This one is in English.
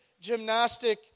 gymnastic